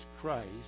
Christ